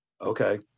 okay